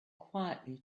quietly